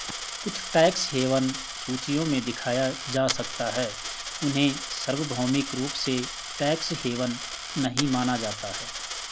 कुछ tax haven सूचियों में दिखाया जा सकता है, उन्हें सार्वभौमिक रूप से टैक्स हेवन नहीं माना जाता है